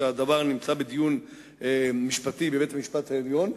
כשהדבר נמצא בדיון משפטי בבית-המשפט העליון,